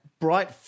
bright